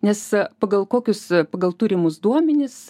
nes pagal kokius pagal turimus duomenis